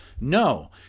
No